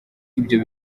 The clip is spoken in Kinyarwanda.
ibyo